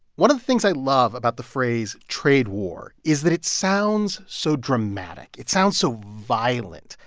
one of the things i love about the phrase trade war is that it sounds so dramatic. it sounds so violent.